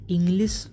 English